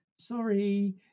sorry